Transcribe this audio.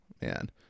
man